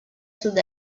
sud